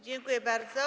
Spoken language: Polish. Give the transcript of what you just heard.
Dziękuję bardzo.